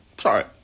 Sorry